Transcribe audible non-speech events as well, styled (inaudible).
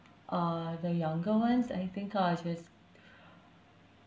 uh the younger ones I think are just (breath)